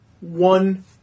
One